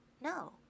No